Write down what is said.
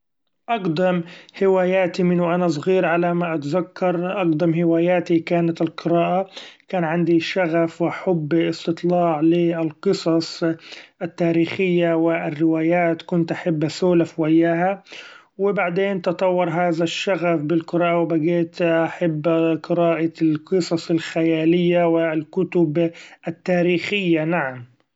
أقدم هواياتي من و أنا صغير علي ما أتذكر أقدم هواياتي كانت القراءة ، كان عندي شغف و حب استطلاع لي القصص التاريخية و الروايات ، كنت أحب اسولف وياها و بعدين تطور هذا الشغف بالقراءة وبقيت أحب قراءة القصص الخيالية و الكتب التاريخيه نعم.